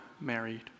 married